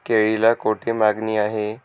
केळीला कोठे मागणी आहे?